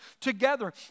together